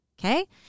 Okay